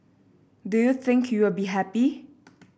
do you think you will be happy